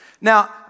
now